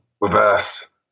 reverse